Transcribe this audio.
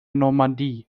normandie